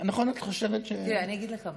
נכון את חושבת, תראה, אני אגיד לך משהו.